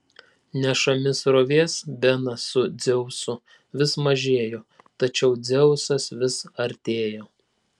nešami srovės benas su dzeusu vis mažėjo tačiau dzeusas vis artėjo